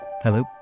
Hello